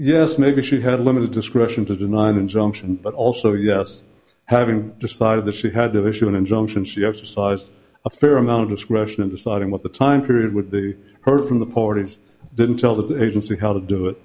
yes maybe she had limited discretion to deny an injunction but also yes having decided that she had to issue an injunction she exercised a fair amount discretion in deciding what the time period would be her from the portage didn't tell the agency how to do it